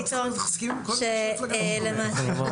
אני לא תמיד צריך להסכים עם כל מה שחברי המפלגה שלי אומרים.